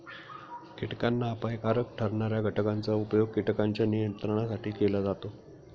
कीटकांना अपायकारक ठरणार्या घटकांचा उपयोग कीटकांच्या नियंत्रणासाठी केला जातो